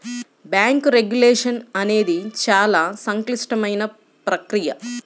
bank regulation అనేది చాలా సంక్లిష్టమైన ప్రక్రియ